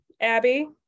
abby